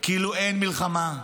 כאילו אין מלחמה,